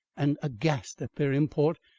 and aghast at their import,